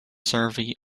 survey